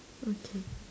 okay